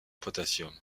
potassium